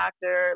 doctor